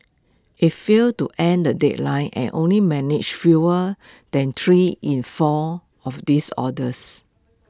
IT failed to end the deadline and only managed fewer than three in four of these orders